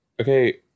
Okay